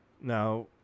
now